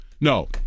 No